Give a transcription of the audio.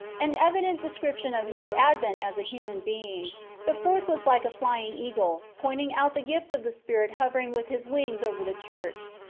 an evident description of his advent as a human being the fourth was like a flying eagle, pointing out the gift of the spirit hovering with his wings over the church.